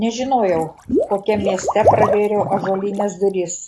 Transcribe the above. nežinojau kokiam mieste pravėriau ąžuolines duris